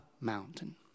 mountain